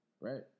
Right